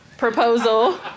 proposal